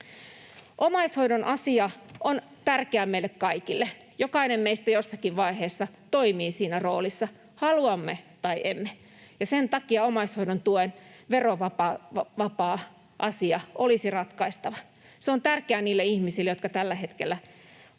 Omaishoidon asia on tärkeä meille kaikille. Jokainen meistä jossakin vaiheessa toimii siinä roolissa, haluamme tai emme, ja sen takia omaishoidon tuen verovapaus on asia, joka olisi ratkaistava. Se on tärkeää niille ihmisille, jotka tällä hetkellä hoitavat